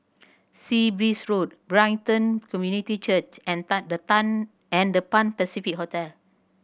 Sea Breeze Road Brighton Community Church and Tan The Tan and The Pan Pacific Hotel